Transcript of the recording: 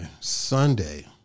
Sunday